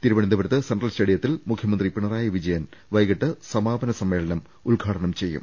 തിരുവനന്തപുരത്ത് സെൻട്രൽ സ്റ്റേഡിയത്തിൽ മുഖ്യ മന്ത്രി പിണറായിരുവിജയൻ സമാപന സമ്മേളനം ഉദ്ഘാടനം ചെയ്യും